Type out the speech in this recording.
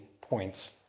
points